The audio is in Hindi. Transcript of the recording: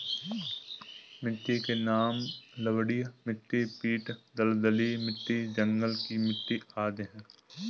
मिट्टी के नाम लवणीय मिट्टी, पीट दलदली मिट्टी, जंगल की मिट्टी आदि है